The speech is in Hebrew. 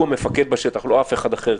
הוא המפקד בשטח ולא אף אחד אחר.